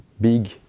big